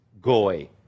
Goy